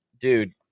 dude